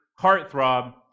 heartthrob